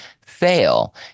fail